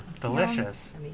Delicious